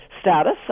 status